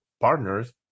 partners